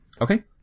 okay